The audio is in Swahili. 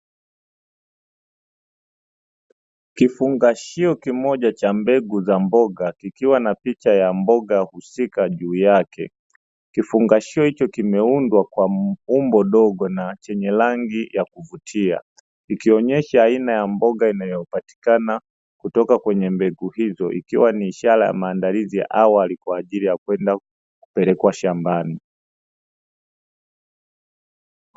Kifungashio kimoja cha mbegu za mboga kikiwa na picha ya mboga husika juu yake. kifungashio hicho kimeundwa kwa umbo dogo na chenye rangi ya kuvutia, ikionyesha aina ya mboga inayopatikana kutoka kwenye mbegu hizo, ikiwa ni ishara ya maandalizi ya awali kwa ajili ya kwenda Kupelekwa shambani.